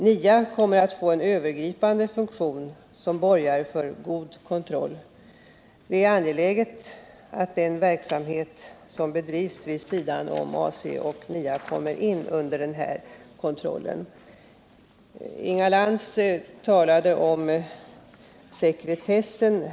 NIA kommer att få en övergripande funktion som borgar för god kontroll. Det är angeläget att den verksamhet som bedrivs vid sidan om AC och NIA kommer under den här kontrollen. Inga Lantz talade om sekretessen.